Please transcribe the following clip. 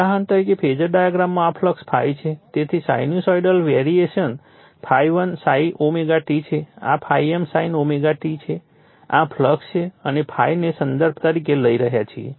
ઉદાહરણ તરીકે ફેઝર ડાયાગ્રામમાં આ ફ્લક્સ ∅ છે તેથી sinusoidal variation ∅m sin ωt છે આ ∅m sin ωt છે આ ફ્લક્સ છે અને ∅ ને સંદર્ભ તરીકે લઈ રહ્યા છીએ